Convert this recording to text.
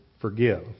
forgive